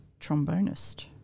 trombonist